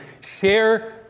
Share